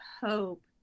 hope